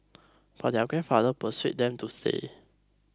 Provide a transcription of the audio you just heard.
but their grandfather persuaded them to stay